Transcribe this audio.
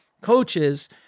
coaches